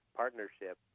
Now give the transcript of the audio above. partnership